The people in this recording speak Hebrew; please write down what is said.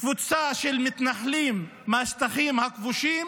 קבוצה של מתנחלים מהשטחים הכבושים,